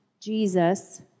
Jesus